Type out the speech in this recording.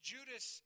Judas